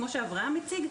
כמו שאברהם הציג,